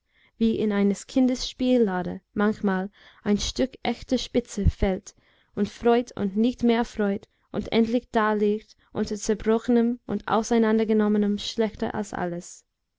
wie in eines kindes spiellade manchmal ein stück echter spitze fällt und freut und nicht mehr freut und endlich daliegt unter zerbrochenem und auseinandergenommenem schlechter als alles